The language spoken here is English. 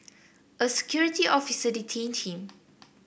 a security officer detained him